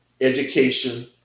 education